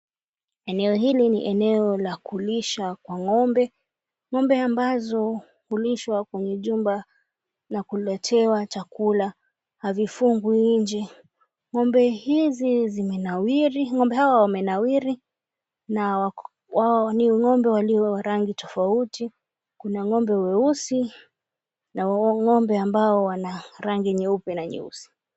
Eneo hili ni eneo la kulisha kwa ng'ombe ng'ombe ambazo hulishwa kwenye jumba na kuletewa chakula havifungwi nje, ng'ombe hawa wamenawiri na ni ng'ombe walio na rangi tofauti kuna ng'ombe weusi na ng'ombe ambao wanarangi nyeupe na nyeusi.